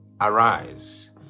Arise